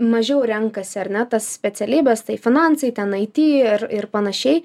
mažiau renkasi ar ne tas specialybes tai finansai ten it ir ir panašiai